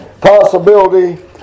possibility